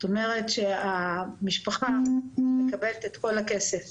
זאת אומרת שהמשפחה מקבלת את כל הכסף